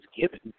given